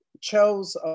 chose